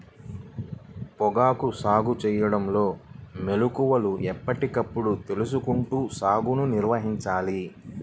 పొగాకు సాగు చేయడంలో మెళుకువలను ఎప్పటికప్పుడు తెలుసుకుంటూ సాగుని నిర్వహించాలి